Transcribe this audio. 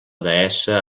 deessa